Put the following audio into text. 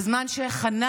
בזמן שחנה